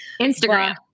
Instagram